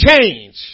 change